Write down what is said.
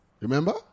Remember